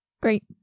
great